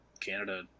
Canada